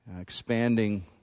expanding